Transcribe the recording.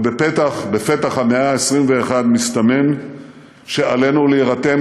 אבל בפתח המאה ה-21 מסתמן שעלינו להירתם